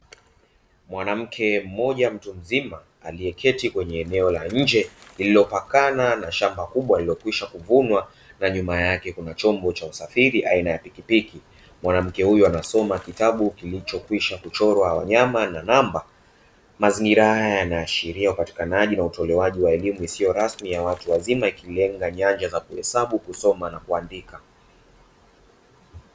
Mwanamke mmoja mtu mzima alieketi kwenye eneo la nje lillopakana na shamba kubwa lililokwisha kuvunwa na nyuma yake kuna chombo cha usafiri aina ya pikipiki. Mwanamke uyo anasoma kitabu kilichokwisha kuchorwa wanyama na namba. Mazingira haya yanaashiria upatikanaji na utolewaji wa elimu isiyo rasmi ya watu wazima ikilenga nyanja za kuhesabu, kusoma na kuandika.